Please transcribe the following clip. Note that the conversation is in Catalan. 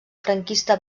franquista